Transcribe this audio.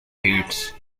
fades